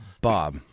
Bob